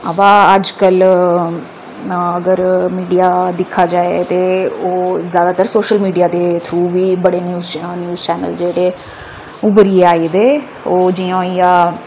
अवा अजकल अगर मिडिया दिक्खा जाए ते ओह् जैदातर सोशल मिडिया ते थ्रू गै बड़े न्यूज चैनल जेह्ड़े आई गेदे ओह् जि'यां